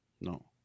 No